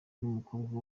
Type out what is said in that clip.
n’umukobwa